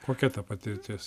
kokia ta patirtis